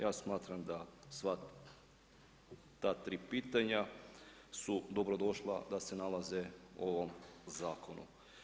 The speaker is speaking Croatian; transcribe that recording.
Ja smatram da sva ta tri pitanja su dobrodošla da se nalaze u ovom zakonu.